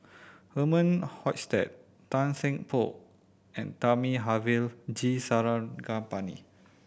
Herman Hochstadt Tan Seng Poh and Thamizhavel G Sarangapani